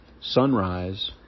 sunrise